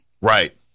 Right